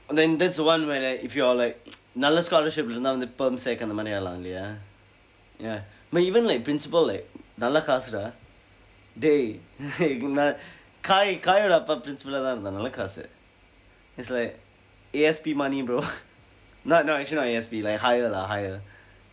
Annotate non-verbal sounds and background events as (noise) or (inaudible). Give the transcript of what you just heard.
then that's one where like if you are like நல்ல:nalla scholarship இல்ல இருந்தா வந்து:illa irundthaa vandthu perm sec அந்த மாதிரி ஆகலாம் இல்லையா:andtha maathiri aakalaam illaiyaa ya but even like principal like நல்ல காசு:nalla kaasu dah dey (laughs) நான்:naan kai kai வோட அப்பா:voda appa principal ah தான் இருந்தாங்க நல்ல காசு:thaan irunthaanga nalla kaasu it is like A_S_P money bro not no actually A_S_P ike higher lah higher